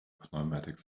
pneumatic